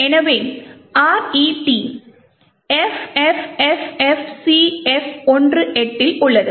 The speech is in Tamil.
எனவே RET FFFFCF18 இல் உள்ளது